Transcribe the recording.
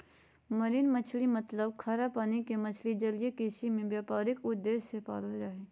marine मछली मतलब खारा पानी के मछली जलीय कृषि में व्यापारिक उद्देश्य से पालल जा हई